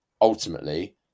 ultimately